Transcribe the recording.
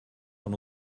von